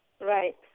Right